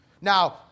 Now